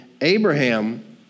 Abraham